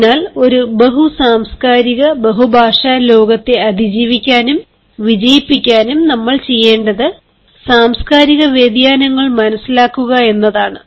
അതിനാൽ ഒരു ബഹു സാംസ്കാരിക ബഹുഭാഷാ ലോകത്തെ അതിജീവിക്കാനും വിജയിപ്പിക്കാനും നമ്മൾ ചെയ്യേണ്ടത് സാംസ്കാരിക വ്യതിയാനങ്ങൾ മനസ്സിലാക്കുക എന്നതാണ്